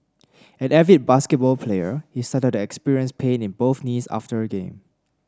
an avid basketball player he started experience pain in both knees after a game